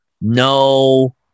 no